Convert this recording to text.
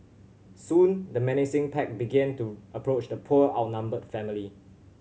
soon the menacing pack began to approach the poor outnumbered family